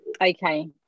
Okay